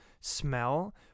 smell